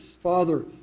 Father